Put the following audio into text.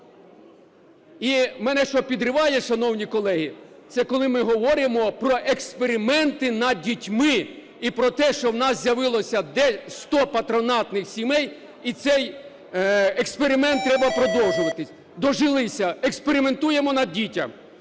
І мене що підриває, шановні колеги, це коли ми говоримо про експерименти над дітьми і про те, що в нас з'явилося 100 патронатних сімей і цей експеримент треба продовжувати. Дожилися, експериментуємо над дітьми!